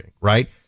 right